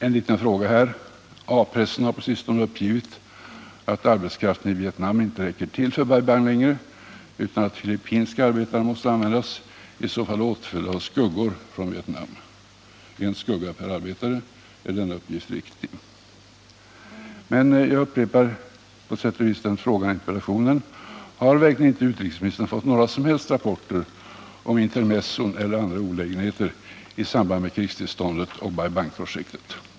En liten fråga: A-pressen har på sistone uppgivit att arbetskraften i Vietnam inte räcker till för Bai Bang längre, utan filippinska arbetare måste användas, och i så fall åtföljda av skuggor från Vietnam —en skugga per arbetare. Är denna uppgift riktig? Men jag upprepar på sätt och vis frågan i interpellationen: Har verkligen inte utrikesministern fått några som helst rapporter om intermezzon eller andra olägenheter i samband med krigstillståndet och Bai Bang-projektet?